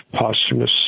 posthumous